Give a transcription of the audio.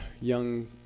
young